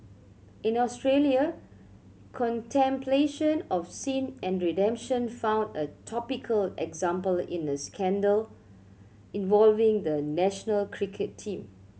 in Australia contemplation of sin and redemption found a topical example in a scandal involving the national cricket team